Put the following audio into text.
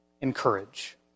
encourage